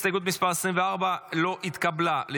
גם הסתייגות 25 לא התקבלה.